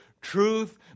truth